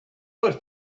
fight